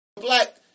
black